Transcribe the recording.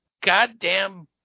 goddamn